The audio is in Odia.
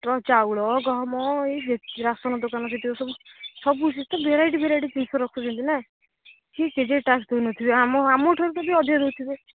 ଚାଉଳ ଗହମ ଏହି ଯେ ରାସନ ଦୋକାନ ଯେତିକ ସବୁ ସବୁ ସେ ତ ଭେରାଇଟି ଭେରାଇଟି ଜିନିଷ ରଖୁଛନ୍ତି ନା ସେ କେଯାଏ ଟାକ୍ସ ଦେଉନଥିବେ ଆମ ଆମଠାରୁ ଯଦି ଅଧିକା ଦେଉଥିବ